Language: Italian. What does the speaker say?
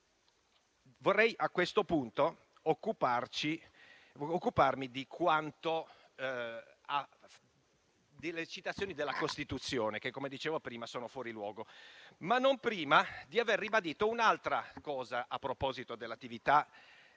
Senato. Vorrei a questo punto occuparmi delle citazioni della Costituzione che - come dicevo prima - sono fuori luogo. Ciò non prima, però, di aver ribadito un'altra cosa a proposito dell'attività del